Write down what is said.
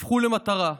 הפכו למטרה.